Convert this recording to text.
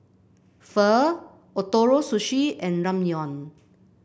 Pho Ootoro Sushi and Ramyeon